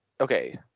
Okay